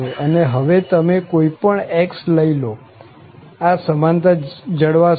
અને હવે તમે કોઈ પણ x લઇ લો આ સમાનતા જળવાશે જ